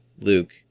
Luke